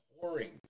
pouring